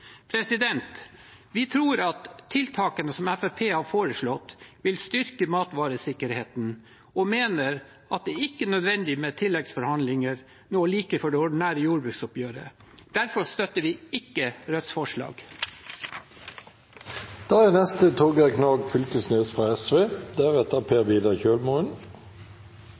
Vi tror at tiltakene som Fremskrittspartiet har foreslått, vil styrke matvaresikkerheten og mener at det ikke er nødvendig med tilleggsforhandlinger nå like før det ordinære jordbruksoppgjøret. Derfor støtter vi ikke Rødts forslag. Vi er